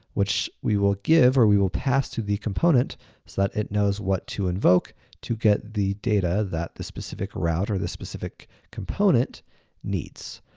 which we will give, or we will pass to the component so that it knows what to invoke to get the data that the specific route, or the specific component needs.